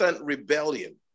rebellion